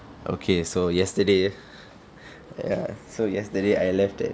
okay so yesterday ya so yesterday I left at